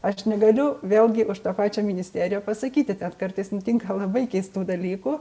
aš negaliu vėlgi už tą pačią ministeriją pasakyti ten kartais nutinka labai keistų dalykų